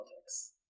politics